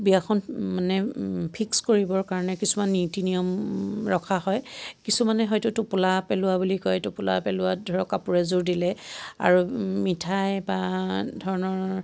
বিয়াখন মানে ফিক্স কৰিবৰ কাৰণে কিছুমান নীতি নিয়ম ৰখা হয় কিছুমানে হয়তো টোপোলা পেলোৱা বুলি কয় টোপোলা পেলোৱা ধৰক কাপোৰ এযোৰ দিলে আৰু মিঠাই বা ধৰণৰ